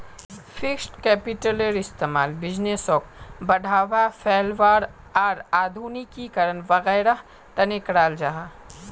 fixed कैपिटलेर इस्तेमाल बिज़नेसोक बढ़ावा, फैलावार आर आधुनिकीकरण वागैरहर तने कराल जाहा